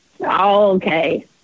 Okay